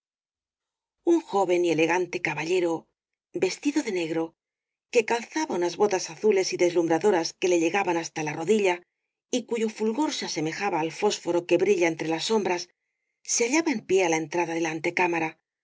un joven y elegante caballero vestido de negro que calzaba unas botas azules y deslumbradoras que le llegaban hasta la rodilla y cuyo fulgor se asemejaba al fósforo que brilla entre las sombras se hallaba en pie á la entrada de